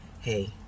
hey